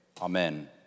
amen